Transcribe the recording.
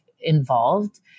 involved